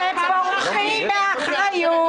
אתם בורחים מאחריות.